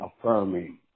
affirming